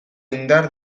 indar